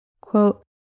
Quote